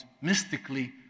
mystically